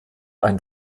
ein